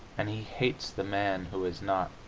and he hates the man who is not.